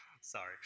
Sorry